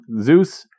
Zeus